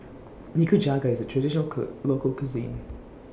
Nikujaga IS A Traditional Could Local Cuisine